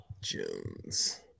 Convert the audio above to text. Jones